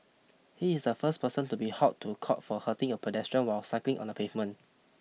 he is the first person to be hauled to court for hurting a pedestrian while cycling on the pavement